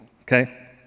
Okay